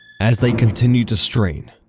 as they continued to strain,